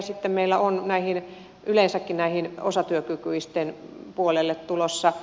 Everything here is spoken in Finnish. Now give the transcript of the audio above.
sitten meillä on yleensäkin näiden osatyökykyisten puolelle tulossa